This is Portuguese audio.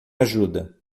ajuda